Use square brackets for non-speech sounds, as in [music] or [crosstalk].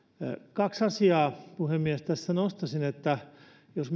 kaksi asiaa puhemies tässä nostaisin jos [unintelligible]